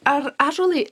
ar ąžuolai